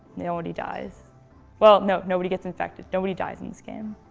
nobody dies well, no, nobody gets infected. nobody dies in this game.